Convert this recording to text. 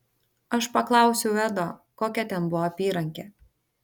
aš paklausiau edo kokia ten buvo apyrankė